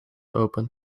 open